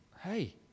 hey